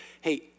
hey